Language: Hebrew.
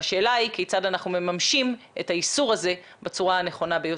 והשאלה היא כיצד אנחנו מממשים את האיסור הזה בצורה הנכונה ביותר.